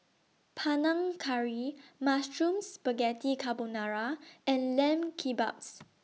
Panang Curry Mushroom Spaghetti Carbonara and Lamb Kebabs